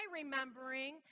remembering